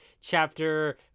chapter